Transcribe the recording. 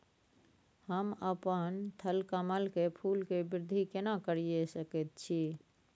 हम अपन थलकमल के फूल के वृद्धि केना करिये सकेत छी?